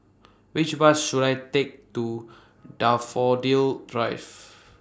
Which Bus should I Take to Daffodil Drive